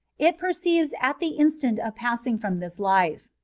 it perceives at the instant of passing from this life.